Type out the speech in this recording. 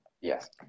Yes